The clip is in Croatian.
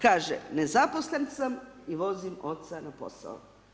Kaže nezaposlen sam i vozim oca na posao.